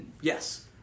Yes